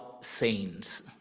saints